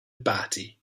batty